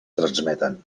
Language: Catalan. transmeten